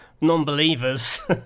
non-believers